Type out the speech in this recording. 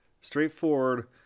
straightforward